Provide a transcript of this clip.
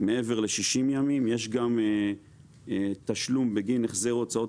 מעבר ל-60 ימים יש גם תשלום בגין החזר הוצאות